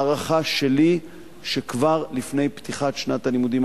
ההערכה שלי היא שכבר לפני פתיחת שנת הלימודים